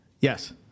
Yes